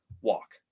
walk